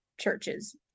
churches